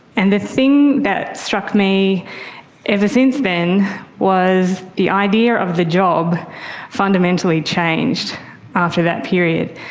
and the thing that struck me ever since then was the idea of the job fundamentally changed after that period.